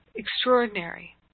extraordinary